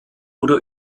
oder